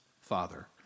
Father